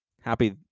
happy